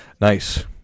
nice